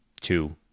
two